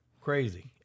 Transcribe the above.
Crazy